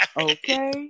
Okay